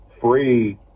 free